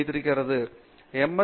வைத்திருக்கிறது எம்